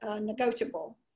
negotiable